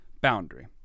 boundary